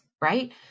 right